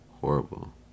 horrible